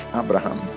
abraham